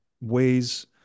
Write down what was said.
ways